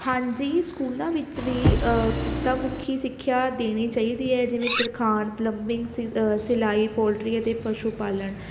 ਹਾਂਜੀ ਸਕੂਲਾਂ ਵਿੱਚ ਵੀ ਕਿੱਤਾ ਮੁੱਖੀ ਸਿੱਖਿਆ ਦੇਣੀ ਚਾਹੀਦੀ ਹੈ ਜਿਵੇਂ ਤਰਖਾਣ ਪਲੰਬਿੰਗ ਸ ਸਿਲਾਈ ਪੋਲਟਰੀ ਅਤੇ ਪਸ਼ੂ ਪਾਲਣ